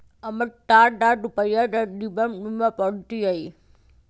हम्मर चार लाख रुपीया के जीवन बीमा पॉलिसी हई